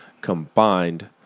combined